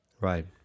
Right